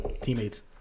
teammates